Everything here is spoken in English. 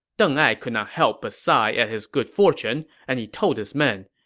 deng ai could not help but sigh at his good fortune, and he told his men,